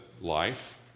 life